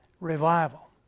revival